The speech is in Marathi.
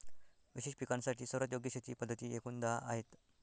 विशेष पिकांसाठी सर्वात योग्य शेती पद्धती एकूण दहा आहेत